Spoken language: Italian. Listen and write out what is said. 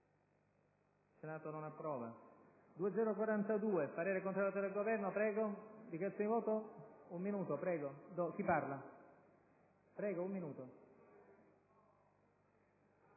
**Il Senato non approva.**